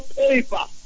paper